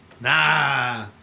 Nah